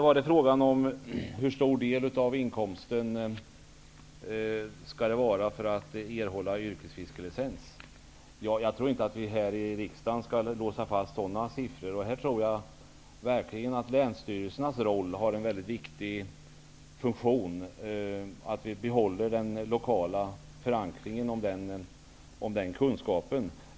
Hur stor del av inkomsten skall det gälla för att man skall erhålla yrkesfiskarlicens? Jag tror inte att riksdagen skall låsa fast sådana siffror. Här tror jag länsstyrelserna har en viktig roll. Vi bör behålla den lokala förankringen och den kunskapen.